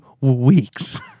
weeks